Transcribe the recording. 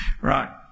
Right